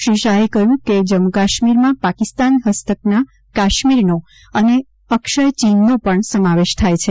શ્રી શાહે કહ્યું કે જમ્મુકાશ્મીરમાં પાકિસ્તાન હસ્તકના કાશ્મીરનો અને અક્ષય ચીનનો પણ સમાવેશ થાય છે